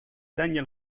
daniel